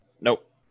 Nope